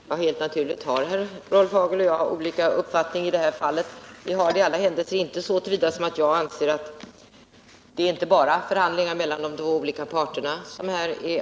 Herr talman! Helt naturligt har Rolf Hagel och jag olika uppfattning i det här fallet. Det är inte bara aktuellt med förhandlingar mellan de båda parterna.